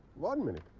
one minute.